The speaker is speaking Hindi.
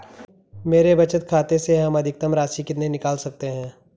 मेरे बचत खाते से हम अधिकतम राशि कितनी निकाल सकते हैं?